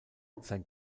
sein